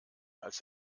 als